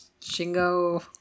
Shingo